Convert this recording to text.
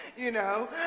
you know?